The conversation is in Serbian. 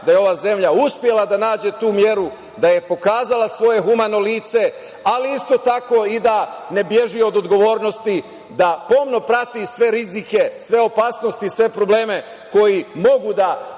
ova zemlja uspela da nađe tu meru, da je pokazala svoje humano lice, ali isto tako i da ne beži od odgovornosti, da pomno prati sve rizike, sve opasnosti, sve probleme koji mogu da